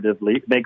makes